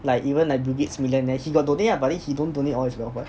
like even like bill gates millionaire he got donate ah but then he don't donate all his wealth what